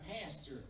pastor